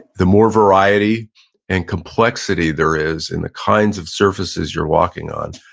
the more variety and complexity there is in the kinds of surfaces you're walking on,